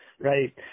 Right